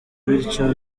bityo